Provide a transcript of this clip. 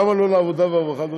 למה לא לעבודה והרווחה?